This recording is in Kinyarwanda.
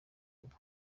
ubu